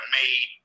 made